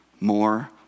more